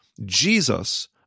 Jesus